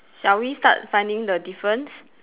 shall we start finding the difference